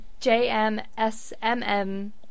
JMSMM